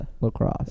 lacrosse